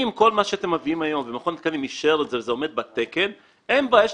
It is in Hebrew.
אם כל מה שאתם מביאים היום ומכון התקנים אישר זה עומד בתקן אין בעיה.